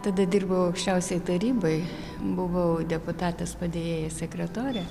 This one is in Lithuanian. tada dirbau aukščiausiai tarybai buvau deputatės padėjėja sekretorė